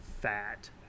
fat